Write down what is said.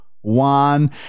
one